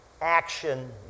action